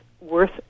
worth